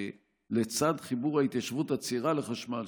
לצד חיבור ההתיישבות הצעירה לחשמל,